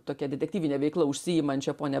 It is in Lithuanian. tokia detektyvine veikla užsiimančią ponią